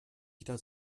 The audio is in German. wieder